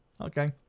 Okay